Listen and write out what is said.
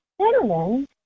Cinnamon